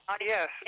yes